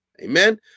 amen